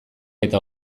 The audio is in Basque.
eta